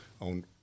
on